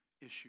issue